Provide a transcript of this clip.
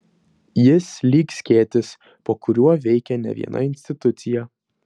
jis lyg skėtis po kuriuo veikia ne viena institucija